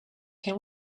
can